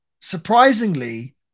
surprisingly